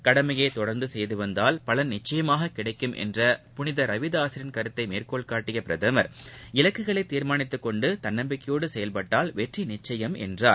கடமையை தொடர்ந்து செய்துவந்தால் பலன் நிச்சயமாக கிடைக்கும் என்ற புனித ரவிதாசரின் கருத்தை மேற்கோள் காட்டிய பிரதமர் இலக்குகளை தீர்மானித்து கொண்டு தன்னம்பிக்கையோடு செயல்பட்டால் வெற்றி நிச்சயம் என்றார்